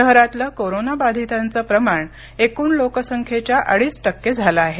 शहरातलं कोरोनाबाधितांचं प्रमाण एकूण लोकसंख्येच्या अडीच टक्के झालं आहे